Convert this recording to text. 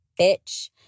bitch